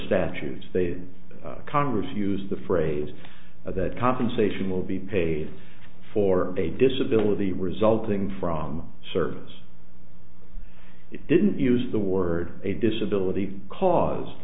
statutes they congress use the phrase that compensation will be paid for a disability resulting from service didn't use the word a disability caused